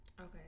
Okay